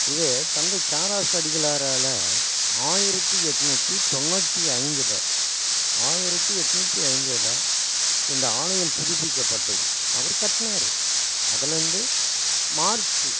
இது தந்தை தாராஸ் அடிகளாரால் ஆயிரத்தி எட்நூற்றி தொண்ணூற்றி ஐந்தில் ஆயிரத்தி எட்நூற்றி ஐந்தில் இந்த ஆலயம் புதுப்பிக்கப்பட்டது அவர் கட்டினாரு அதுலேருந்து மாறுடிச்சி